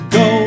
go